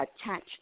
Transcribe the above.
attach